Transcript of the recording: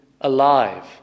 alive